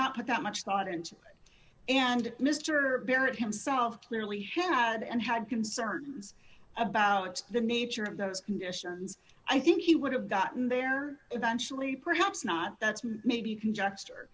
not put that much thought into and mr barrett himself clearly had and had concerns about the nature of those conditions i think he would have gotten there eventually perhaps not that's maybe you can